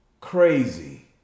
crazy